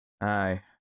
Aye